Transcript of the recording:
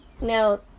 Now